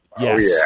Yes